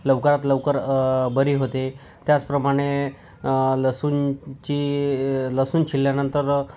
लवकरात लवकर बरी होते त्याचप्रमाणे लसूणची लसूण छिलल्यानंतर